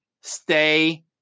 stay